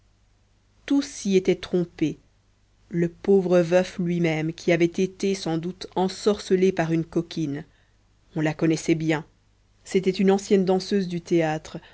tous s'y étaient trompés le pauvre veuf lui-même qui avait été sans doute ensorcelé par une coquine on la connaissait bien c'était une ancienne danseuse du théâtre